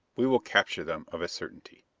we will capture them of a certainty.